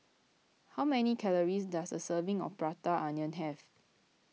how many calories does a serving of Prata Onion have